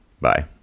Bye